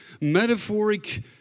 metaphoric